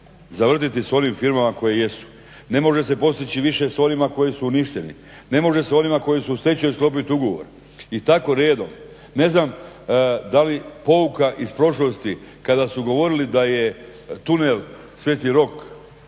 zavrtjeti s onim firmama koje jesu, ne može se postići više s onima koji su uništeni, ne može se s onima koji su u stečaju sklopiti ugovor. I tako redom. Ne znam da li pouka iz prošlosti kada su govorili da je tunel sv. Rok